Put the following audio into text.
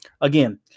again